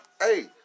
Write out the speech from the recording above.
hey